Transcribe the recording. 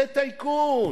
זה טייקון.